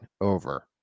over